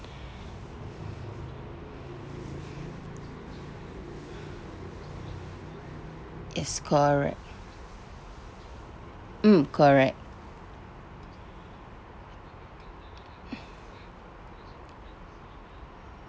yes correct mm correct